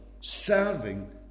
serving